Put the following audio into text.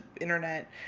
internet